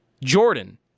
Jordan